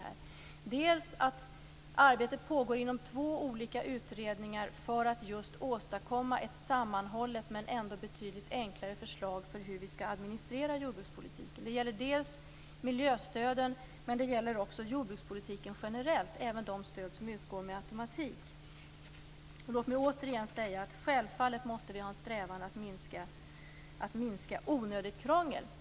Arbete pågår dessutom inom två olika utredningar för att just åstadkomma ett sammanhållet men ändå betydligt enklare förslag för hur vi skall administrera jordbrukspolitiken. Det gäller dels miljöstöden, dels jordbrukspolitiken generellt, även de stöd som utgår med automatik. Låt mig återigen säga att vi självfallet måste ha en strävan att minska onödigt krångel.